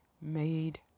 made